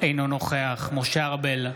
אינו נוכח משה ארבל,